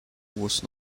was